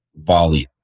volume